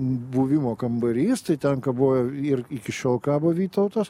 buvimo kambarys tai ten kabojo ir iki šiol kabo vytautas